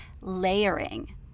layering